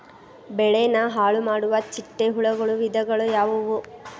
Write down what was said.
ಬೆಳೆನ ಹಾಳುಮಾಡುವ ಚಿಟ್ಟೆ ಹುಳುಗಳ ವಿಧಗಳು ಯಾವವು?